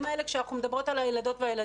האלה כשאנחנו מדברות ומדברים על הילדים?